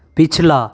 पिछला